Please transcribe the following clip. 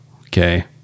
okay